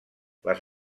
les